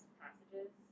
passages